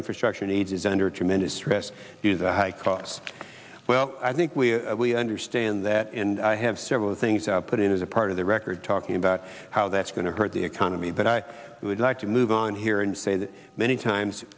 infrastructure needs is under tremendous stress to the high costs well i think we understand that and i have several things put in as a part of the record talking about how that's going to hurt the economy but i would like to move on here and say that many times